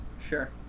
Sure